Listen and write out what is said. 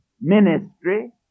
ministry